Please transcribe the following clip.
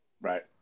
Right